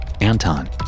Anton